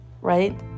right